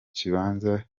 kibanza